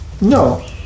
No